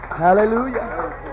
Hallelujah